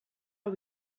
are